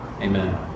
amen